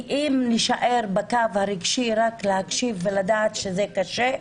אם נישאר בתו הרגשי רק להקשיב ולדעת שזה קשה,